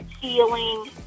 feeling